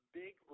big